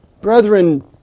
Brethren